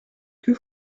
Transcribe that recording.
que